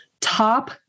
Top